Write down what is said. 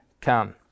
come